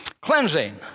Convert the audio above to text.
Cleansing